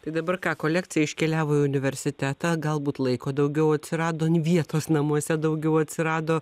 tai dabar ką kolekcija iškeliavo į universitetą galbūt laiko daugiau atsirado vietos namuose daugiau atsirado